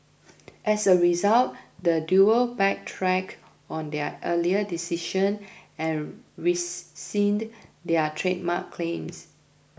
as a result the duo backtracked on their earlier decision and rescinded their trademark claims